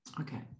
okay